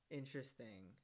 interesting